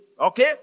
okay